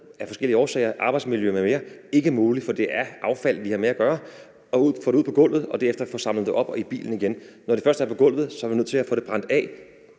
af forskellige årsager, arbejdsmiljø m.m., mange steder ikke muligt, fordi det er affald, vi har med at gøre, og at få det ud på gulvet og derefter få det samlet op og i bilen igen er ikke muligt. Når det først er på gulvet, er vi nødt til at få det brændt af.